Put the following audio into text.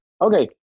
Okay